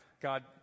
God